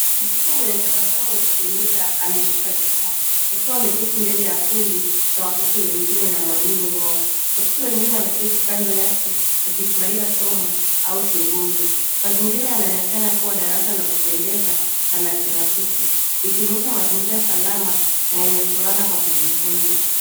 Mtoto mwenye tabasamu ya kupendeza ameshika gitaa, akiwa ameketi mbele ya kundi cha watoto wengine na mwalimu wao. Watoto wengine wameketi kando yake wakifurahia somo au shughuli. Mazingira yanaonekana kuwa darasa la kupendeza na la kirafiki likionyesha mazingira salama na yenye furaha kwa kujifunza.